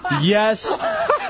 Yes